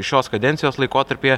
šios kadencijos laikotarpyje